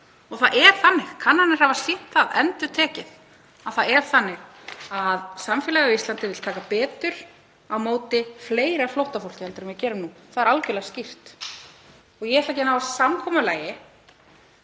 og það er þannig, kannanir hafa sýnt það endurtekið, að samfélagið á Íslandi vill taka betur á móti fleira flóttafólki heldur en við gerum nú. Það er algjörlega skýrt. Ég ætla ekki ná samkomulagi